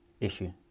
issue